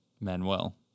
Manuel